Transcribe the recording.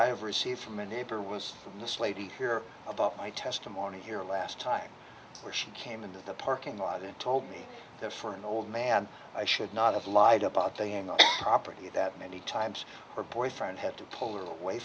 have received from a neighbor was from this lady here about my testimony here last time where she came into the parking lot and told me that for an old man i should not have lied about they had no property that many times reporter friend had to pull her away